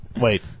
wait